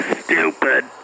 Stupid